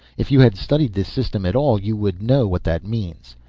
if you had studied this system at all, you would know what that means.